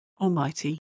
Almighty